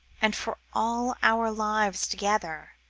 and for all our lives together,